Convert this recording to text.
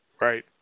Right